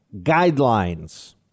guidelines